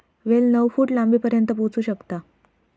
वेल नऊ फूट लांबीपर्यंत पोहोचू शकता